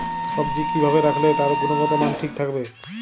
সবজি কি ভাবে রাখলে তার গুনগতমান ঠিক থাকবে?